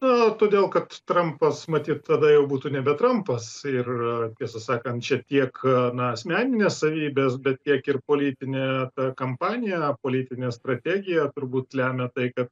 na todėl kad trampas matyt tada jau būtų nebe trampas ir tiesą sakant šiek tiek na asmeninės savybės bet tiek ir politinė ta kampanija politinė strategija turbūt lemia tai kad